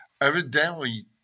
Evidently